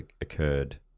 occurred